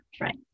right